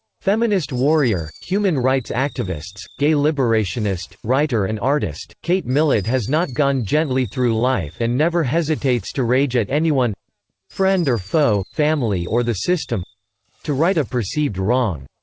feminist warrior, human rights activists, gay liberationist, writer and artist, kate millett has not gone gently through life and never hesitates to rage at anyone friend or foe, family or the system to right a perceived wrong.